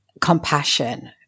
compassion